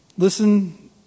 Listen